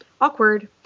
Awkward